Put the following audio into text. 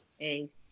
Ace